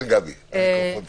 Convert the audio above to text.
כן, גבי, המיקרופון שלך.